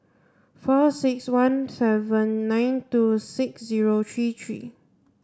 four six one seven nine two six zero three three